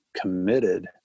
committed